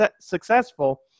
successful